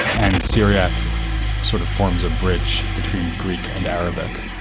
and syriac sort of forms a bridge between greek and arabic.